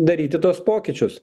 daryti tuos pokyčius